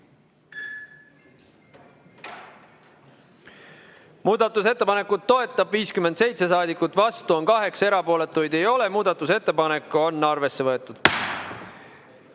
Muudatusettepanekut toetab 57 saadikut, vastu on 8, erapooletuid ei ole. Muudatusettepanek on arvesse võetud. Teine